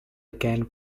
again